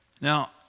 Now